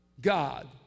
God